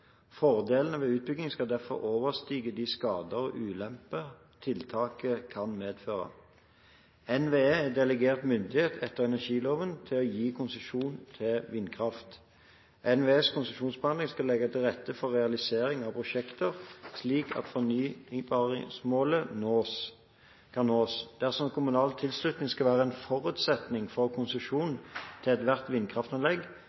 Fordelene ved utbyggingen skal derfor overstige de skader og ulemper tiltaket kan medføre. NVE er delegert myndighet etter energiloven til å gi konsesjon til vindkraft. NVEs konsesjonsbehandling skal legge til rette for realisering av prosjekter, slik at fornybarmålene kan nås. Dersom kommunal tilslutning skal være en forutsetning for